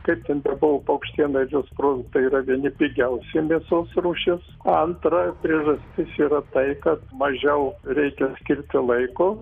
kaip ten bebuvo paukštiena ir jos produktai yra vieni pigiausia mėsos rūšis antra priežastis yra tai kad mažiau reikia skirti laiko